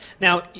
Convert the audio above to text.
Now